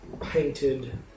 painted